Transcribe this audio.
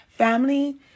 Family